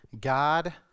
God